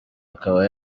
akaba